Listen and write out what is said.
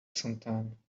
sometime